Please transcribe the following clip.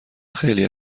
خیلی